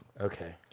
Okay